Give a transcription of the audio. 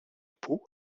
pau